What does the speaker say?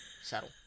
Settle